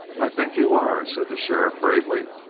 i think you are, said the sheriff gravely.